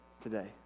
today